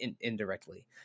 indirectly